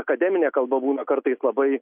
akademinė kalba būna kartais labai